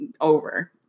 over